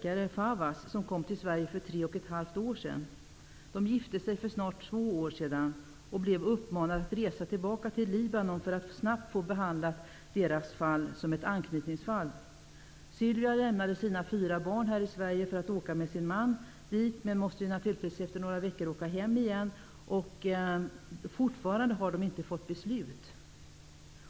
Fawaz, som kom till Sverige för tre och ett halvt år sedan. De gifte sig för snart två år sedan och blev då uppmanade att resa till Libanon för att snabbt få sitt ärende behandlat som ett anknytningsfall. Sylvia lämnade sina fyra barn här i Sverige och åkte dit med sin man, men hon måste naturligtvis efter några veckor åka hem igen. Beslut har ännu inte fattats.